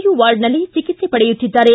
you ವಾರ್ಡ್ನಲ್ಲಿ ಚಿಕಿತ್ಸೆ ಪಡೆಯುತ್ತಿದ್ದಾರೆ